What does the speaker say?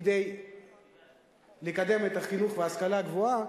כדי לקדם את החינוך וההשכלה הגבוהה,